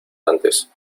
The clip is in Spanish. antes